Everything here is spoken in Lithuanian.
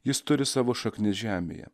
jis turi savo šaknis žemėje